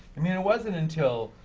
i mean, it wasn't until,